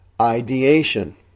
ideation